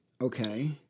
Okay